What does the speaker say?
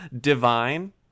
divine